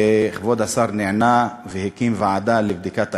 כבוד השר נענה והקים ועדה לבדיקת העניין,